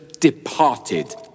Departed